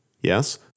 Yes